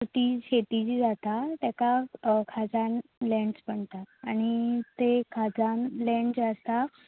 so ती जी शेती जी जाता ताका खजान लँड्स म्हणटात आनी तें खजान लँड जें आसा